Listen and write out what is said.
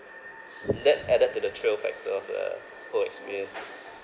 that added to the thrill factor of the whole experience